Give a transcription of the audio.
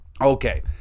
Okay